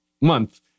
month